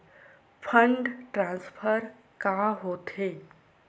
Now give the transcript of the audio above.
Fund transfer का होथे?